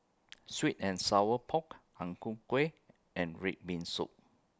Sweet and Sour Pork Ang Ku Kueh and Red Bean Soup